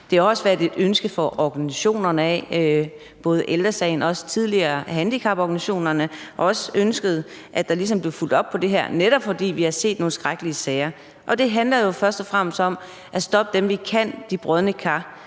det har også været et ønske fra organisationerne, både fra Ældre Sagen og også tidligere fra handicaporganisationerne, som ønskede, at der ligesom blev fulgt op på det her, netop fordi vi har set nogle skrækkelige sager. Og det handler jo først og fremmest om at stoppe de brodne kar,